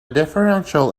differential